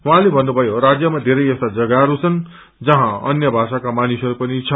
उहाँले भन्नुभयो राज्य धेरै यस्ता जग्गाहरू छन् जहाँ अन्य भाषाका मानिसहरू पनि छन्